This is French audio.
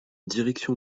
direction